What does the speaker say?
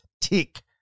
tick